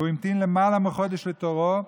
והוא המתין למעלה מחודש לתורו.